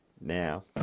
now